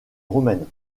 roumaine